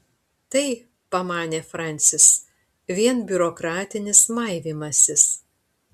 tai pamanė francis vien biurokratinis maivymasis